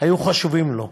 היו חשובים לו.